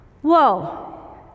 Whoa